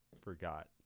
forgot